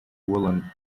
woolen